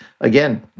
Again